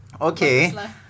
Okay